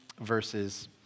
verses